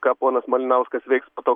ką ponas malinauskas veiks po to